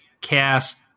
cast